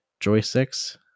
joysticks